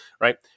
right